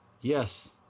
Yes